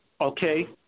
okay